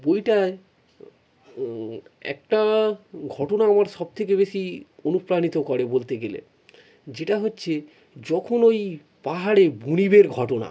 বইটায় একটা ঘটনা আমার সবথেকে বেশি অনুপ্রাণিত করে বলতে গেলে যেটা হচ্ছে যখন ওই পাহাড়ে বুনিপের ঘটনা